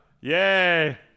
Yay